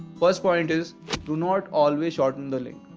first point is do not always shorten the link